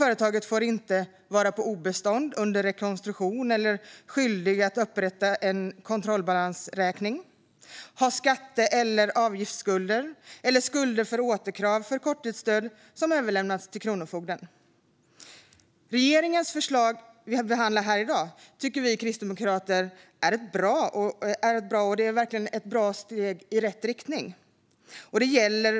Företaget får inte vara på obestånd, under rekonstruktion eller skyldigt att upprätta en kontrollbalansräkning. Det får vidare inte ha skatte eller avgiftsskulder eller skulder för återkrav för korttidsstöd som överlämnats till Kronofogden. Regeringens förslag, som vi behandlar här i dag, tycker vi kristdemokrater är bra, och det är ett steg i rätt riktning.